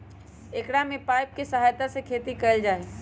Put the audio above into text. एकरा में पाइप के सहायता से खेती कइल जाहई